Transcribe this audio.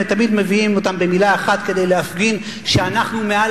תמיד מביאים אותם במלה אחת כדי להפגין שאנחנו מעל